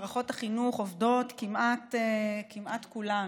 מערכות החינוך עובדות כמעט כולן,